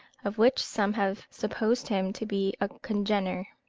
of which some have supposed him to be a congener.